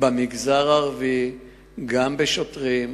במגזר הערבי גם בשוטרים,